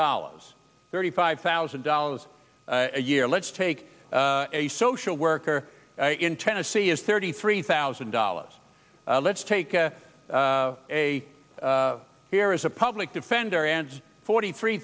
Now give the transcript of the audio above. dollars thirty five thousand dollars a year let's take a social worker in tennessee is thirty three thousand dollars let's take a a here is a public defender and forty three